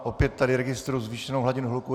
Opět tady registruji zvýšenou hladinu hluku.